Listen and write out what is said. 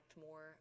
more